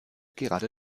gerade